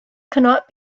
cannot